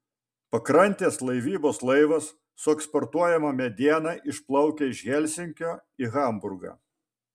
pakrantės laivybos laivas su eksportuojama mediena išplaukia iš helsinkio į hamburgą